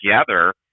together